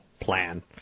plan